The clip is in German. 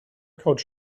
couch